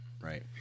Right